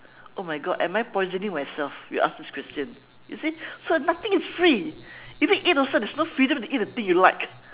oh my god am I poisoning myself we ask this question you see so nothing is free even eat also there's no freedom to eat the thing you like